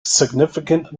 significant